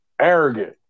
arrogant